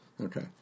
Okay